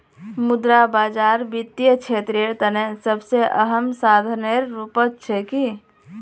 मुद्रा बाजार वित्तीय क्षेत्रेर तने सबसे अहम साधनेर रूपत छिके